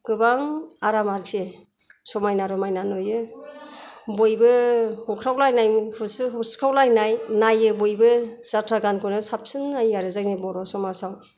गोबां आराम आरखि समायना रमायना नुयो बयबो होख्रावलायनाय होसिख्रावलायनाय नायो बयबो जाथ्रा गानखौनो साबसिन नायो आरो जोंनि बर' समाजाव